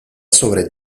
sobre